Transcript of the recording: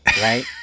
right